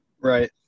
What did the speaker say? Right